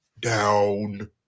down